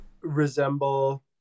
resemble